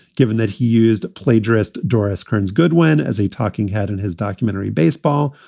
given that he used plagiarist doris kearns goodwin as a talking head in his documentary baseball,